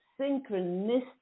synchronistic